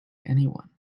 anyone